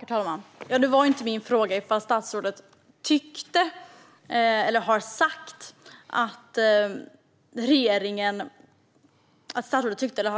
Herr talman! Nu var inte min fråga om statsrådet tyckte eller har